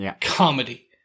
comedy